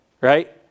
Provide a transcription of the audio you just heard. right